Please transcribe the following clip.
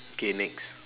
K next